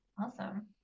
awesome